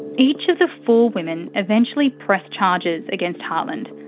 each of the four women eventually pressed charges against hartland,